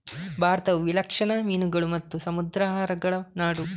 ಭಾರತವು ವಿಲಕ್ಷಣ ಮೀನುಗಳು ಮತ್ತು ಸಮುದ್ರಾಹಾರಗಳ ನಾಡು